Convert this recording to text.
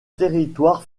territoire